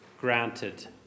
granted